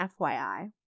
FYI